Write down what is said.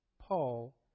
Paul